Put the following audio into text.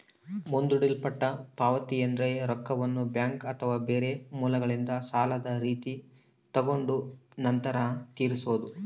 ಮುಂದೂಡಲ್ಪಟ್ಟ ಪಾವತಿಯೆಂದ್ರ ರೊಕ್ಕವನ್ನ ಬ್ಯಾಂಕ್ ಅಥವಾ ಬೇರೆ ಮೂಲಗಳಿಂದ ಸಾಲದ ರೀತಿ ತಗೊಂಡು ನಂತರ ತೀರಿಸೊದು